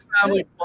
family